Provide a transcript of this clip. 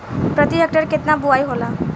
प्रति हेक्टेयर केतना बुआई होला?